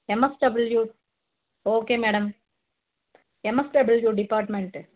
MSW okay madam MSW department